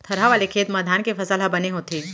थरहा वाले खेत म धान के फसल ह बने होथे